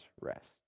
rest